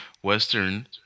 Western